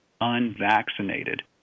unvaccinated